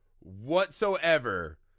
whatsoever